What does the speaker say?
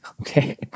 okay